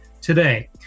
today